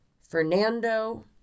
Fernando